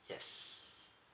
yes